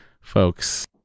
folks